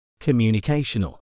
communicational